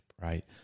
right